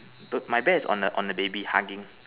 don't my bear is on the on the baby hugging